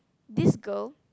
this girl